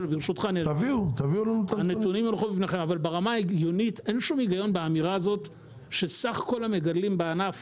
אבל ברמה ההגיונית אין שום היגיון באמירה הזאת שסך כל המגדלים בענף